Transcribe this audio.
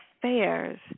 affairs